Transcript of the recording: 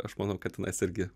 aš manau kad tenais irgi